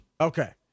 Okay